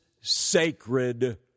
sacred